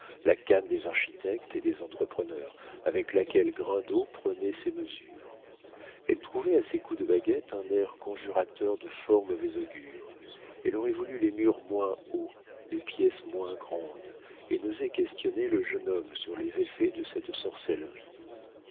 la canne des architectes et des entrepreneurs avec laquelle grindot prenait ses mesures elle trouvait à ces coups de baguette un air conjurateur de fort mauvais augure elle aurait voulu les murs moins hauts les pièces moins grandes et n'osait questionner le jeune homme sur les effets de cette sorcellerie